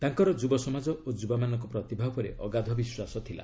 ତାଙ୍କର ଯୁବ ସମାଜ ଓ ଯୁବାମାନଙ୍କର ପ୍ରତିଭା ଉପରେ ଅଗାଧ ବିଶ୍ୱାସ ଥିଲା